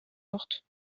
morte